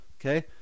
okay